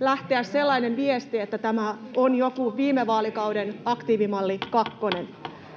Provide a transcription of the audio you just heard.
lähettää sellainen viesti, että tämä on joku viime vaalikauden aktiivimalli